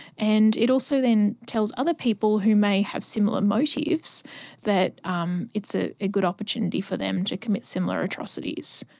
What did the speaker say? and it also then tells other people who may have similar motives that um it's ah a good opportunity for them to commit similar atrocities.